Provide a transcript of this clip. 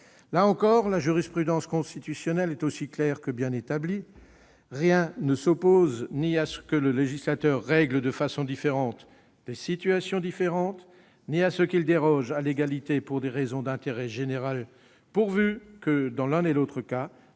Là encore, la jurisprudence constitutionnelle est aussi claire que bien établie : rien « ne s'oppose ni à ce que le législateur règle de façon différente des situations différentes ni à ce qu'il déroge à l'égalité pour des raisons d'intérêt général pourvu que, dans l'un et l'autre cas,